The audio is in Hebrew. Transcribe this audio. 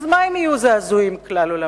אז מה אם יהיו זעזועים כלל-עולמיים.